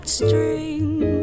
string